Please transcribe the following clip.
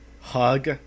hug